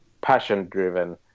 passion-driven